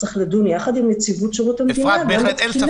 צריך לדון ביחד עם נציבות שירות המדינה גם בתקינה